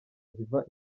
ziva